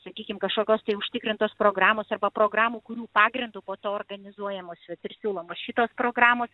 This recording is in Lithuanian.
sakykim kažkokios tai užtikrintos programos arba programų kurių pagrindu po to organizuojamos vat ir siūlomos šitos programos